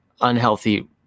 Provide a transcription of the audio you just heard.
unhealthy